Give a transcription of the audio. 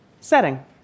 setting